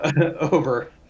over